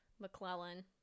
McClellan